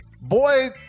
Boy